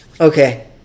Okay